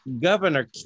Governor